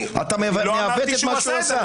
לא אמרתי שהוא עשה את זה,